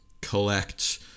collect